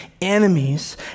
enemies